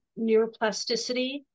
neuroplasticity